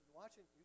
watching